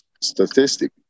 statistic